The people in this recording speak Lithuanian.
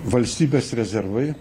valstybės rezervai